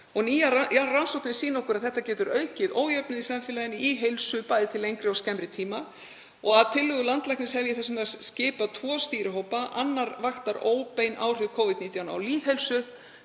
Nýjar rannsóknir sýna okkur að þetta getur aukið ójöfnuð í samfélaginu í heilsu, bæði til lengri og skemmri tíma. Að tillögu landlæknis hef ég þess vegna skipað tvo stýrihópa. Annar vaktar óbein áhrif Covid-19 á lýðheilsu